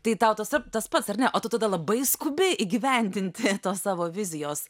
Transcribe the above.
tai tau tas pats ar ne o tu tada labai skubi įgyvendinti savo vizijos